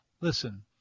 listen